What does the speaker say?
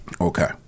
Okay